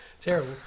Terrible